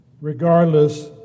regardless